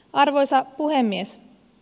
arvoisa puhemies